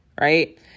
right